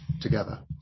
together